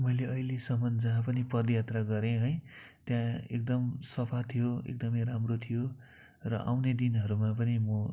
मैले अहिलेसम्म जहाँ पनि पद यात्रा गरेँ है त्यहाँ एकदम सफा थियो एकदमै राम्रो थियो र आउने दिनहरूमा पनि म